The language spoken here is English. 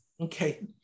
Okay